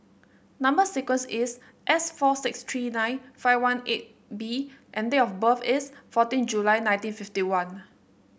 number sequence is S four six three nine five one eight B and date of birth is fourteen July nineteen fifty one